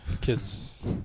Kids